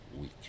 week